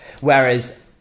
Whereas